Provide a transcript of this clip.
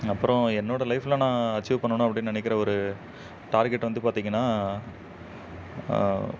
அப்புறம் என்னோட லைஃப்பில நான் அச்சீவ் பண்ணணும் அப்படின்னு நினைக்கிற ஒரு டார்கெட் வந்து பார்த்தீங்கன்னா